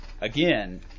Again